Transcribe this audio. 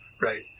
right